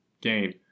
game